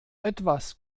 etwas